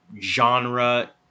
genre